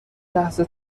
لحظه